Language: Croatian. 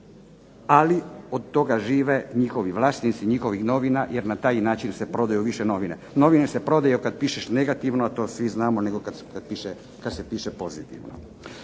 Ali od toga žive njihovi vlasnici njihovih novina jer na taj način se prodaju više novine. Novine se prodaju kad pišeš negativno, to svi znamo, nego kad se piše pozitivno.